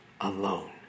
alone